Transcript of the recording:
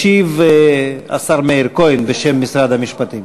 ישיב השר מאיר כהן בשם משרד המשפטים.